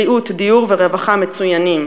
בריאות ורווחה מצוינים,